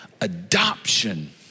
Adoption